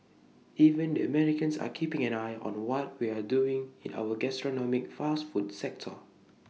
even the Americans are keeping an eye on what we're doing in our gastronomic fast food sector